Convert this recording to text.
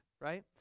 right